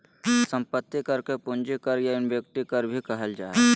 संपत्ति कर के पूंजी कर या इक्विटी कर भी कहल जा हइ